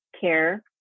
care